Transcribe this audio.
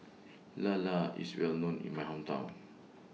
Lala IS Well known in My Hometown